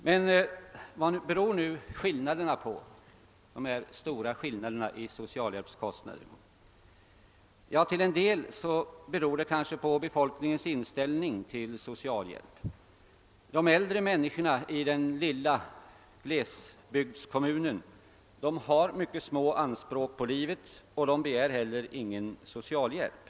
Men varpå beror nu dessa stora skillnader i socialhjälpskostnader? Ja, till en del beror de kanske på medborgarnas inställning till socialhjälpen. De äldre människorna i den lilla glesbygdskommunen har mycket små anspråk på livet och de begär heller ingen socialhjälp.